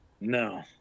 No